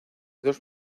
dos